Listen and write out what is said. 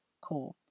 core